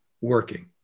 working